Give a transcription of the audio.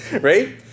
right